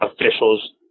officials